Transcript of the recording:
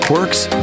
Quirks